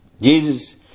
Jesus